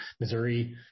Missouri